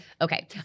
Okay